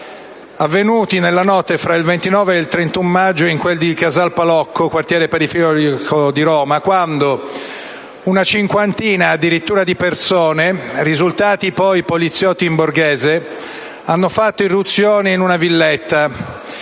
avvenuti nella notte tra il 29 e il 31 maggio scorso in quel di Casal Palocco, quartiere periferico di Roma, quando una cinquantina di persone, risultate poi poliziotti in borghese, hanno fatto irruzione in una villetta